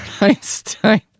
Einstein